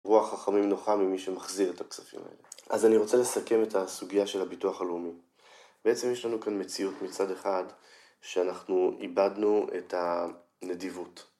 רוח חכמים נוחה ממי שמחזיר את הכספים האלה. אז אני רוצה לסכם את הסוגיה של הביטוח הלאומי. בעצם יש לנו כאן מציאות מצד אחד, שאנחנו איבדנו את הנדיבות.